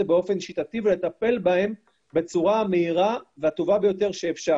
באופן שיטתי ולטפל בהם בצורה מהירה והטובה ביותר שאפשר.